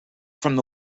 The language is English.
from